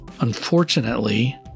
unfortunately